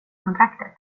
kontraktet